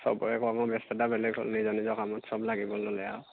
সবৰে কৰ্ম ব্যস্ততা বেলেগ হ'ল নিজৰ নিজৰ কামত সব লাগিবলৈ ল'লে আৰু